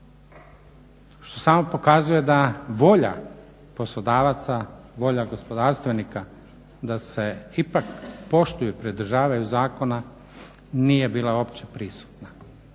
Što samo pokazuje da volja poslodavaca volja gospodarstvenika da se ipak poštuju i pridržavaju zakona nije bila uopće prisutna